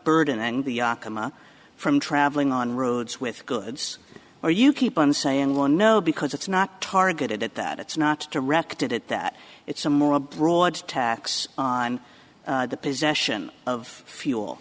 yakama from traveling on roads with goods or you keep on saying one no because it's not targeted at that it's not directed at that it's a more a broad tax on the possession of fuel